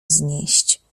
znieść